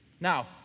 Now